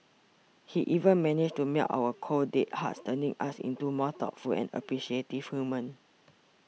he even managed to melt our cold dead hearts turning us into more thoughtful and appreciative humans